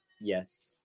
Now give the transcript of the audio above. Yes